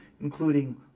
including